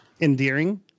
endearing